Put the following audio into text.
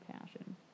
passion